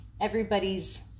everybody's